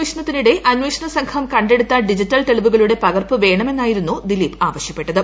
കേസനേഷണത്തിനിടെ അന്വേഷണസംഘം കണ്ടെടുത്ത ഡിജിറ്റൽ തെളിവുകളുടെ പകർപ്പ് വേണമെന്നായിരുന്നു ദിലീപ് ആവശ്യപ്പെട്ടത്